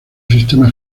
sistema